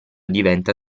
diventa